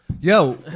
Yo